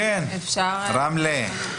חוזרים לרמלה.